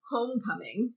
Homecoming